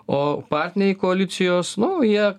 o partneriai koalicijos nu jie